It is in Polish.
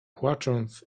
płacząc